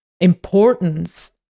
importance